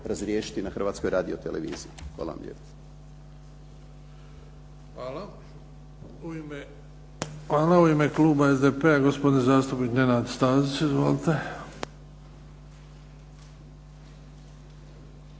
razriješiti na Hrvatskoj radioteleviziji. Hvala vam lijepo. **Bebić, Luka (HDZ)** Hvala. U ime kluba SDP-a, gospodin zastupnik Nenad Stazić. Izvolite.